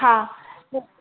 हा